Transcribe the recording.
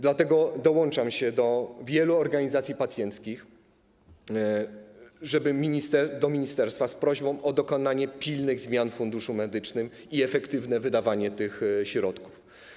Dlatego dołączam się do wielu organizacji pacjenckich, występujących do ministerstwa z prośbą o dokonanie pilnych zmian w Funduszu Medycznym i efektywne wydawanie tych środków.